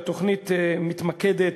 התוכנית מתמקדת,